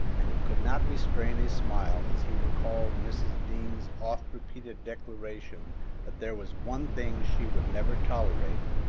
and he could not restrain a smile as he recalled mrs. dean's oft-repeated declaration that there was one thing she would never tolerate,